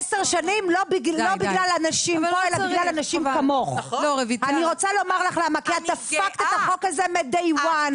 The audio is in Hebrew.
עשר שנים בגלל אנשים כמוך כי את דפקת את החוק הזה מדיי וואן.